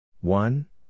one